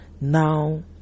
now